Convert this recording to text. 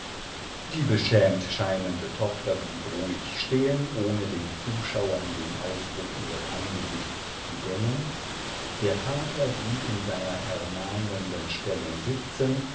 die beschämt scheinende tochter blieb ruhig stehen ohne den zuschauern den ausdruck ihres angesichts zu gönnen der vater blieb in seiner ermahnenden stellung sitzen